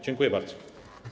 Dziękuję bardzo.